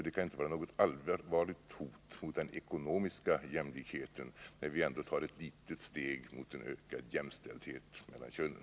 Det kan inte vara något allvarligt hot mot den ekonomiska jämlikheten när vi tar ett litet steg mot en ökning av jämställdheten mellan könen.